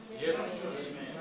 Yes